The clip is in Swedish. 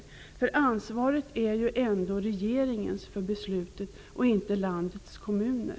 Ansvaret för beslutet ligger ju ändå på regeringen, inte på landets kommuner.